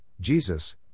Jesus